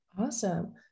Awesome